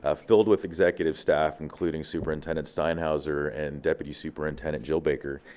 ah filled with executive staff, including superintendent steinhauser and deputy superintendent jill baker.